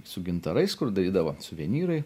su gintarais kur darydavo suvenyrai